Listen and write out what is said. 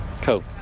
Cool